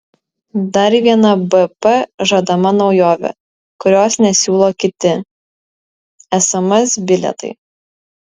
dar viena bp žadama naujovė kurios nesiūlo kiti sms bilietai